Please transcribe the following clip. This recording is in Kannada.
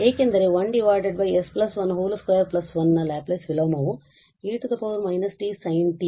ಏಕೆಂದರೆ ಈ 1 s121 ನ ಲ್ಯಾಪ್ಲೇಸ್ ವಿಲೋಮವು e −t sin t